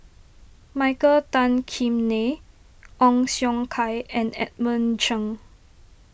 Michael Tan Kim Nei Ong Siong Kai and Edmund Cheng